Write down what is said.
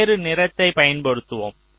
வேறு நிறத்தைப் பயன்படுத்துவோம்